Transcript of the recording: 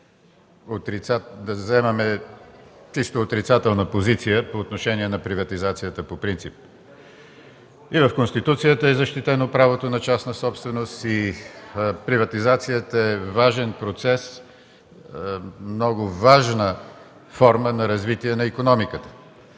да заемаме чисто отрицателна позиция по отношение на приватизацията по принцип. И в Конституцията е защитено правото на частна собственост, и приватизацията е важен процес, много важна форма на развитие на икономиката.